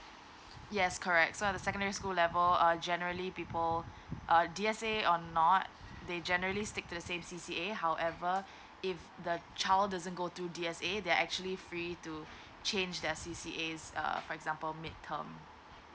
yes correct so at the secondary school level err generally people err D_S_A or not they generally stick to the same C_C_A however if the child doesn't go through D_S_A they are actually free to change their C_C_A err for example midterm